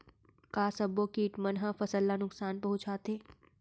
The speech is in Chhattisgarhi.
का सब्बो किट मन ह फसल ला नुकसान पहुंचाथे?